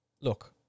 look